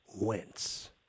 Wentz